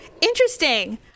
interesting